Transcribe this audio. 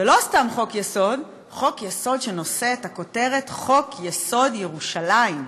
ולא סתם חוק-יסוד חוק-יסוד שנושא את הכותרת "חוק-יסוד: ירושלים".